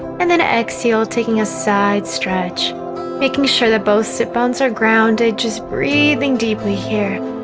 and then exhale taking a side stretch making sure that both sit bones are grounded. just breathing deeply here